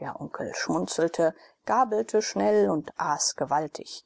der onkel schmunzelte gabelte schnell und aß gewaltig